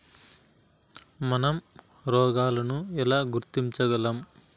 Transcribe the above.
మనం రోగాలను ఎలా గుర్తించగలం?